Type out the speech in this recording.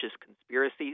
conspiracy